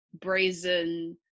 brazen